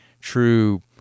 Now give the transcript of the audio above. true